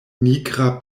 migra